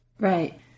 Right